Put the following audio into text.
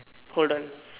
hold on